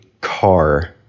car